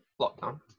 lockdown